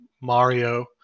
Mario